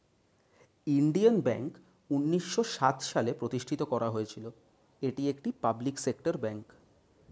Indian bank উন্নিশো সাত সালে প্রতিষ্ঠিত করা হয়েছিল, এটি একটি পাবলিক সেক্টর ব্যাঙ্ক